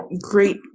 great